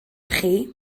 chi